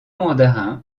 mandarin